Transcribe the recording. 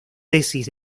tesis